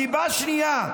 סיבה שנייה: